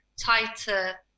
tighter